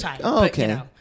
Okay